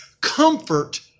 comfort